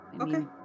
Okay